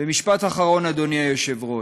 ומשפט אחרון: אדוני היושב-ראש,